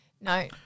no